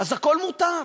אז הכול מותר.